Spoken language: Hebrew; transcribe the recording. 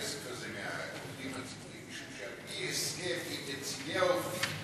הכסף שהולך להיגבות עבור הקרן